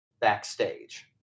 backstage